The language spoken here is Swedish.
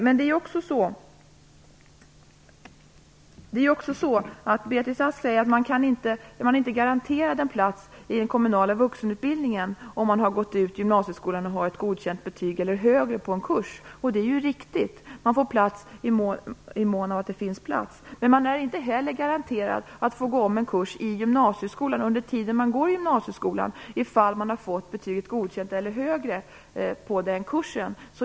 Beatrice Ask säger att man inte är garanterad en plats i den kommunala vuxenutbildningen om man har gått ut gymnasieskolan och har ett godkänt eller högre betyg på den kursen. Det är riktigt. Man får plats i mån av att det finns plats. Men man är inte heller garanterad att få gå om en kurs i gymnasieskolan under tiden man går gymnasiet om man har fått betyget godkänt eller högre på en kurs.